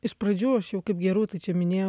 iš pradžių aš jau kaip gerūta čia minėjo